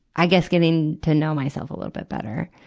i guess getting to know myself a little bit better.